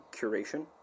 curation